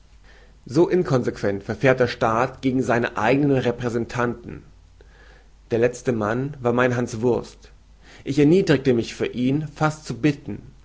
so inkonsequent verfährt der staat gegen seine eigenen repräsentanten der lezte mann war mein hanswurst ich erniedrigte mich für ihn fast zu bitten